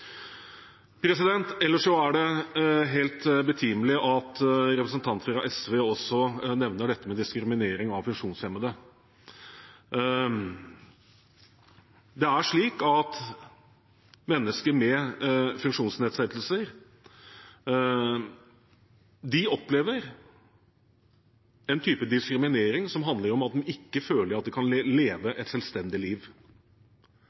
Ellers er det helt betimelig at representanten fra SV også nevner dette med diskriminering av funksjonshemmede. Mennesker med funksjonsnedsettelser opplever en type diskriminering som handler om at de ikke føler at de kan leve et selvstendig liv.